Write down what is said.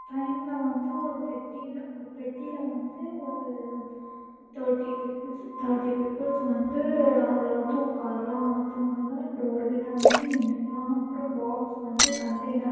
டிரெயினில் வந்து ஒரு பெட்டியில் ஒரு பெட்டியில் வந்து ஒரு தேர்ட்டி பீப்புள்ஸ் தேர்ட்டி பீப்புள்ஸ் வந்து அதில் வந்து உக்காரலாம் மற்றவங்கெல்லாம் டோர் கிட்டே வந்து நின்னுக்கலாம் அப்புறம் பாக்ஸ் வந்து கண்டைனர்